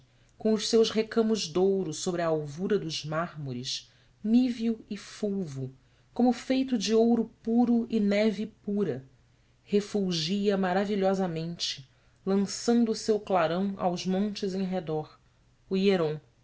com os seus recamos de ouro sobre a alvura dos mármores níveo e fulvo como feito de ouro puro e neve pura refulgia maravilhosamente lançando o seu clarão aos montes em redor o híeron